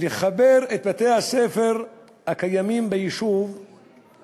לחבר את בתי-הספר הקיימים ביישוב יישוב